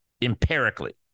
empirically